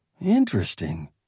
Interesting